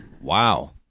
Wow